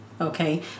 Okay